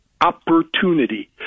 opportunity